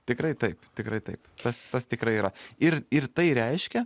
tikrai taip tikrai taip tas tas tikrai yra ir ir tai reiškia